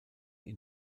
ihn